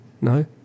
No